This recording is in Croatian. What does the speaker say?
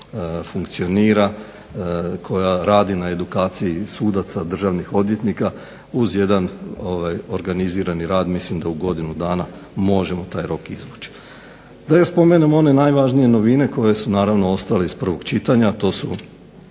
koja funkcionira, koja radi na edukaciji sudaca, državnih odvjetnika, uz jedan organizirani rad mislim da u godinu dana možemo taj rok izvući. Da još spomenem one najvažnije novine koje su naravno ostale iz prvog čitanja. To su